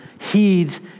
heeds